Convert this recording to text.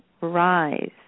rise